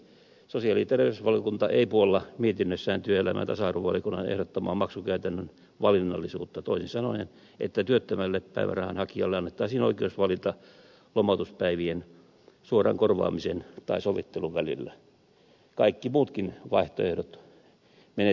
sosiaali ja terveysvaliokunta ei puolla mietinnössään työelämä ja tasa arvovaliokunnan ehdottamaa maksukäytännön valinnaisuutta toisin sanoen sitä että työttömälle päivärahan hakijalle annettaisiin oikeus valita lomautuspäivien suoran korvaamisen tai sovittelun välillä